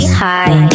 high